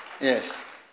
Yes